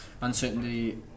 uncertainty